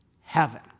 heaven